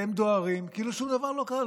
והם דוהרים כאילו שום דבר לא קרה,